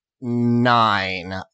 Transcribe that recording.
nine